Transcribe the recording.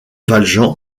valjean